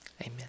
amen